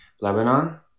Lebanon